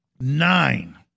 nine